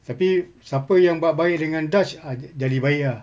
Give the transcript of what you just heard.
tapi siapa yang baik baik dengan dutch ah ja~ jadi baik lah